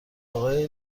آقای